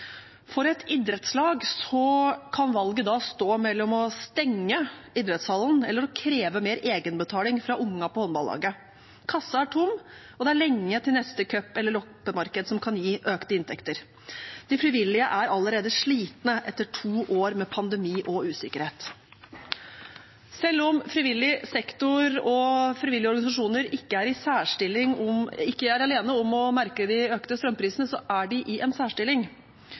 For et idrettslag kan valget da stå mellom å stenge idrettshallen eller å kreve mer egenbetaling fra ungene på håndballaget. Kassa er tom, og det er lenge til neste cup eller loppemarked som kan gi økte inntekter. De frivillige er allerede slitne etter to år med pandemi og usikkerhet. Selv om frivillig sektor og frivillige organisasjoner ikke er alene om å merke de økte strømprisene, er de i en særstilling.